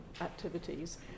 activities